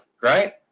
right